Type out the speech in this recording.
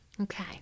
Okay